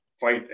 fight